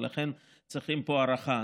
ולכן צריכים פה הארכה.